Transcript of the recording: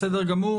בסדר גמור.